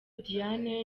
diane